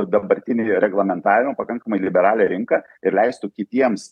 dabartinį reglamentavimą pakankamai liberalią rinką ir leistų kitiems